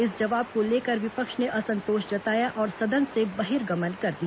इस जवाब को लेकर विपक्ष ने असंतोष जताया और सदन से बहिर्गमन कर दिया